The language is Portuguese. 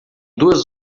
duas